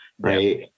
right